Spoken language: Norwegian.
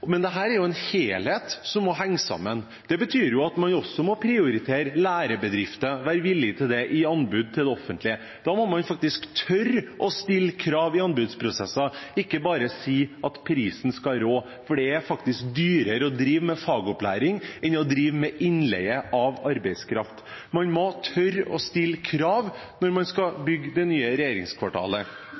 Men dette er en helhet som må henge sammen. Det betyr jo at man også må være villig til å prioritere lærebedrifter når det kommer til anbud til det offentlige. Da må man tørre å stille krav i anbudsprosessene – ikke bare si at prisen skal råde, for det er faktisk dyrere å drive med fagopplæring enn å drive med innleie av arbeidskraft. Man må tørre å stille krav når man skal bygge det nye regjeringskvartalet,